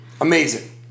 Amazing